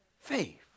faith